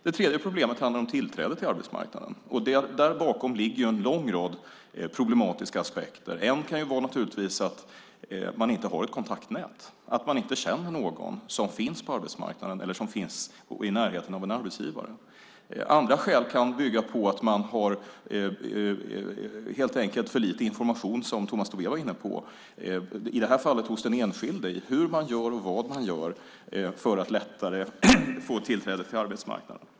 Det tredje skälet handlar om tillträde till arbetsmarknaden. Bakom det ligger en lång rad problematiska aspekter. En kan vara att man inte har ett kontaktnät och inte känner någon som finns på arbetsmarknaden eller i närheten av en arbetsgivare. Andra skäl kan vara, som Tomas Tobé var inne på, att den enskilde helt enkelt har för lite information om hur och vad man gör för att lättare få tillträde till arbetsmarknaden.